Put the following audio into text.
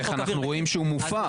ההיפך, אנחנו רואים שהוא מופר.